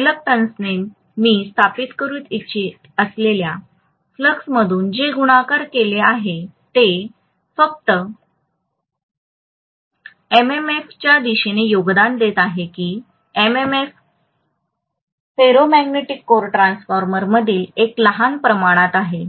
अनिच्छेने मी स्थापित करू इच्छित असलेल्या फ्लक्समधून जे गुणाकार केले आहे तेच एमएमएफच्या दिशेने योगदान देत आहे की एमएमएफ फेरोमॅग्नेटिक कोर ट्रान्सफॉर्मरमधील एक लहान प्रमाणात आहे